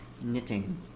knitting